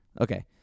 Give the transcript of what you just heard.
Okay